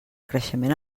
creixement